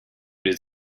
les